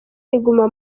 riguma